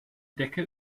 decke